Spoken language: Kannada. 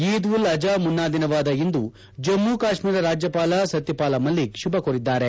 ಈದ್ ಉಲ್ ಅಜಾ ಮುನ್ನ ದಿನವಾದ ಇಂದು ಜಮ್ಮ ಕಾಶ್ಮೀರ ರಾಜ್ಯಪಾಲ ಸತ್ಯಪಾಲ ಮಲ್ಲಿಕ್ ಶುಭಕೋರಿದ್ದಾರೆ